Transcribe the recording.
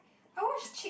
I watch chick~